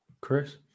Chris